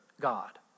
God